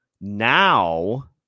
Now